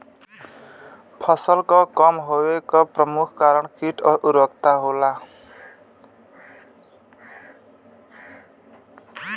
फसल क कम होवे क प्रमुख कारण कीट और खाद उर्वरता होला